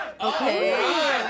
Okay